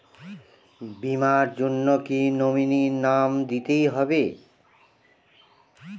বীমার জন্য কি নমিনীর নাম দিতেই হবে?